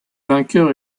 vainqueur